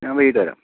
ഞാൻ വൈകിട്ട് വരാം